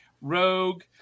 Rogue